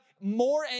more